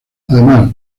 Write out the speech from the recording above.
además